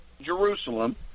Jerusalem